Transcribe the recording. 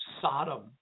Sodom